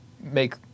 make